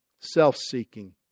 Self-seeking